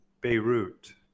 Beirut